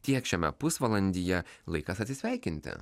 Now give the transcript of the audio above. tiek šiame pusvalandyje laikas atsisveikinti